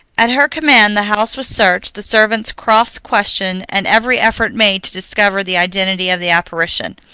at her command the house was searched, the servants cross-questioned, and every effort made to discover the identity of the apparition.